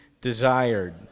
desired